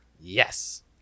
Yes